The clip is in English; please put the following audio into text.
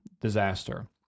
disaster